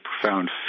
profound